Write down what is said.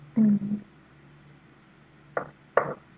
hmm